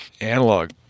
analog